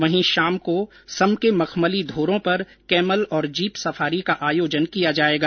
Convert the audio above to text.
वहीं शाम को सम के मखमली धोरों पर कैमल और जीप सफारी का आयोजन किया जाएगा